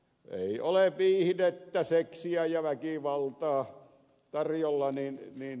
ei ole viihdettä seksiä ja väkivaltaa tarjolla